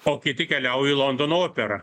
o kiti keliauja į londono operą